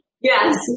Yes